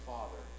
Father